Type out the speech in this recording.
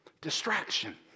Distraction